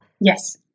yes